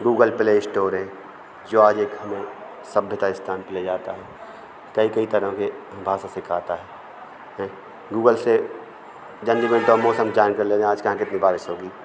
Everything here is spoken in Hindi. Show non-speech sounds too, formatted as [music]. गूगल प्ले इस्टोर हैं जो आज एक हमें सभ्यता स्थान पे लर जाता है कई कई तरह के भाषा सिखाता है हें गूगल से [unintelligible] मौसम की जानकारी ले लें आज कहाँ कितनी बारिश होगी